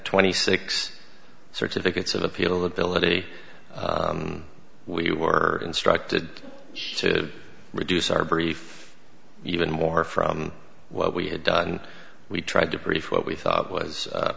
twenty six certificates of appeal ability we were instructed to reduce our brief even more from what we had done we tried to brief what we